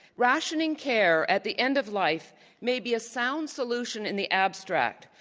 rationing care at the end of life may be a sound solution in the abstract.